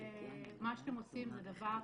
מה שאתם עושים זה דבר